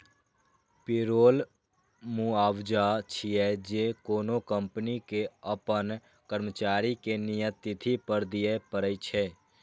payroll मुआवजा छियै, जे कोनो कंपनी कें अपन कर्मचारी कें नियत तिथि पर दियै पड़ै छै